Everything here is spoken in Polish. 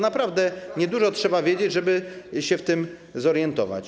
Naprawdę niedużo trzeba wiedzieć, żeby się w tym zorientować.